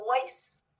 voice